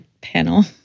panel